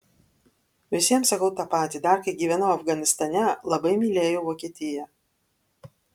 visiems sakau tą patį dar kai gyvenau afganistane labai mylėjau vokietiją